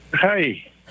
Hey